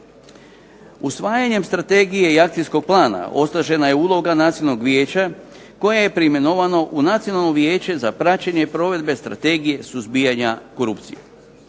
Usvajanjem strategije i akcijskog plana osnažena je uloga Nacionalnog vijeća koje je preimenovano u Nacionalno vijeće za praćenje provedbe Strategije suzbijanja korupcije.